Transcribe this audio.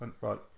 right